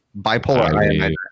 bipolar